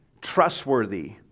trustworthy